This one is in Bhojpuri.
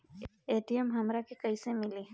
ए.टी.एम हमरा के कइसे मिली?